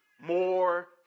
more